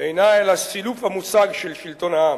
אינה אלא סילוף המושג של שלטון העם.